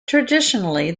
traditionally